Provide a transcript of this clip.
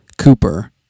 cooper